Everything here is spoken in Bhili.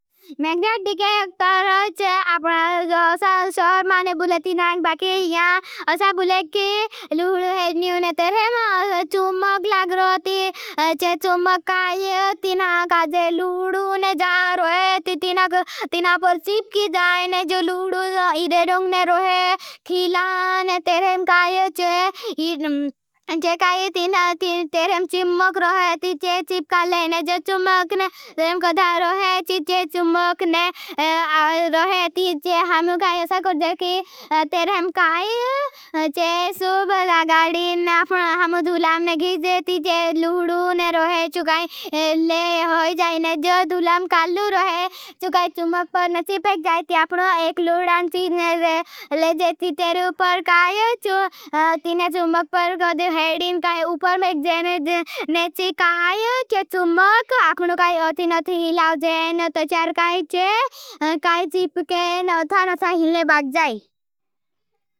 में एक दिके एक तर चे आपने आपका स्वागत है। माने बुले तीनाक बाके यहाँ असा बुले कि लूड़ू है। ज्ञूने तरहें असा चुम्मक लाग रोती। चे चुम्मक काये तीनाका जे लूड़ू ने जा रोहे ती तीनाक पर चिप की जाये ने। जो लूड़ू इदे डॉंगने रोहे खीलाने तेरहें। काये चे चुम्मक लाग रोहे। ती चे चिप का लेने जे चुम्मक ने तेरहें कदा रोहे चे। चुम्मक ने रोहे ती जे हम काये तेरहें काये चे। सुब लागाडिने हम दुलाम ने घीज़े ती जे लूड़ू ने रोहे चुकाई ले होई जाये ने। जो दुलाम कालू रोहे चुकाई चुम्मक पर नहीं पेख जाये। ती आपने एक लूड़ान चीज़े ले जे ती तेरे उपर काये तीने चुम्मक पर नहीं लाजाए। तू जर क्यां करें काई चीप के नसान खिले बाज जाए।